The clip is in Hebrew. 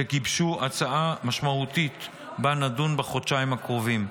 שגיבשו הצעה משמעותית שבה נדון בחודשיים הקרובים.